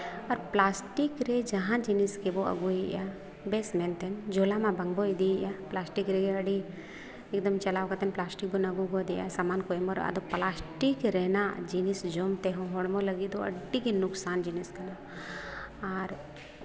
plastic ᱨᱮ ᱡᱟᱦᱟᱸ ᱡᱤᱱᱤᱥ ᱜᱮᱵᱚ ᱟᱹᱜᱩᱭᱮᱜᱼᱟ ᱵᱮᱥ ᱢᱮᱱᱛᱮ ᱡᱷᱳᱞᱟᱢᱟ ᱵᱟᱝ ᱵᱚ ᱤᱫᱤᱭᱮᱜᱼᱟ ᱯᱞᱟᱥᱴᱤᱠ ᱨᱮᱜᱮ ᱟᱹᱰᱤ ᱮᱠᱫᱚᱢ ᱪᱟᱞᱟᱣ ᱠᱟᱛᱮᱫ ᱯᱞᱟᱥᱴᱤᱠ ᱵᱚᱱ ᱟᱹᱜᱩ ᱫᱟᱲᱮᱭᱟᱜᱼᱟ ᱥᱟᱢᱟᱱ ᱠᱚ ᱮᱢᱟᱨᱚᱜᱼᱟ ᱟᱫᱚ ᱯᱞᱟᱥᱴᱤᱠ ᱨᱮᱱᱟᱜ ᱡᱤᱱᱤᱥ ᱡᱚᱢ ᱛᱮᱦᱚᱸ ᱦᱚᱲᱢᱚ ᱞᱟᱹᱜᱤᱫ ᱫᱚ ᱟᱹᱰᱤᱜᱮ ᱞᱚᱠᱥᱟᱱ ᱡᱤᱱᱤᱥ ᱠᱟᱱᱟ ᱟᱨ